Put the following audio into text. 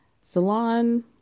salon